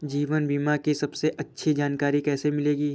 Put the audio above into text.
जीवन बीमा की सबसे अच्छी जानकारी कैसे मिलेगी?